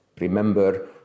Remember